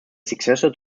successor